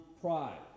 pride